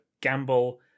gamble